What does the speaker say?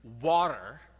water